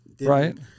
Right